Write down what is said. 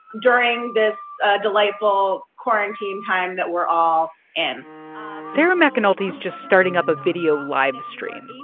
during this delightful quarantine time that we're all in sarah mcanulty's just starting up a video livestream. yeah